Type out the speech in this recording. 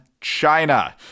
China